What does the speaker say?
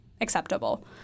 acceptable